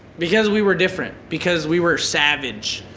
because we were different, because we were savage,